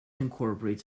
incorporates